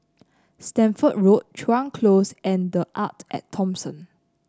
Stamford Road Chuan Close and The Arte At Thomson